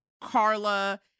Carla